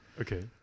Okay